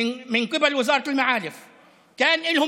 מטעם משרד החינוך.